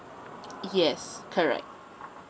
yes correct